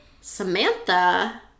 Samantha